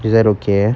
is that okay